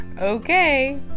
okay